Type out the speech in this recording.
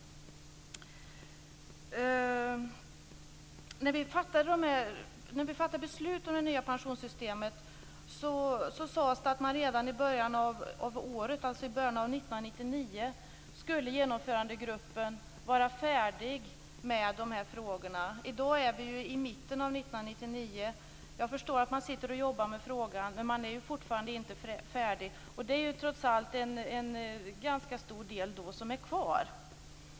När vi fattade beslut om det nya pensionssystemet sades det att redan i början av 1999 skulle Genomförandegruppen vara färdig med de här frågorna. I dag är vi i mitten av 1999. Jag förstår att man jobbar med frågan, men man är fortfarande inte färdig och det är trots allt en ganska stor del som är kvar.